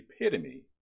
epitome